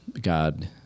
god